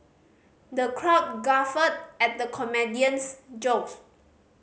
the crowd guffawed at the comedian's jokes